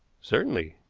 certainly.